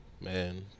man